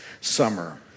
summer